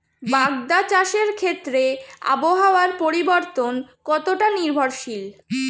বাগদা চাষের ক্ষেত্রে আবহাওয়ার পরিবর্তন কতটা নির্ভরশীল?